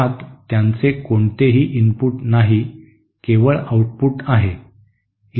त्यात त्यांचे कोणतेही इनपुट नाही केवळ आउटपुट आहे